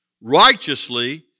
righteously